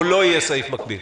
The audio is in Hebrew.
או לא יהיה סעיף מקביל?